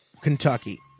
Kentucky